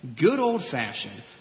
good-old-fashioned